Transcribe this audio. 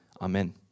Amen